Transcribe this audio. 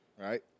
Right